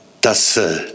dass